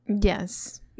Yes